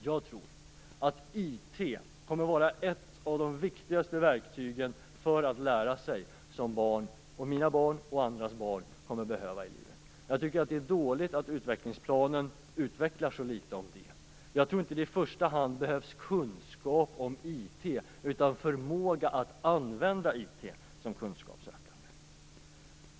Jag tror att IT kommer att vara ett av de viktigaste verktygen för att lära sig som mina och andras barn kommer att behöva i livet. Det är dåligt att utvecklingsplanen utvecklar så litet av det. Jag tror inte att det i första hand behövs kunskap om IT utan förmåga att använda IT vid kunskapssökande.